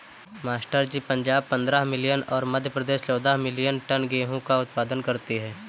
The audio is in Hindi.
मास्टर जी पंजाब पंद्रह मिलियन और मध्य प्रदेश चौदह मिलीयन टन गेहूं का उत्पादन करती है